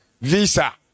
visa